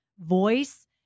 voice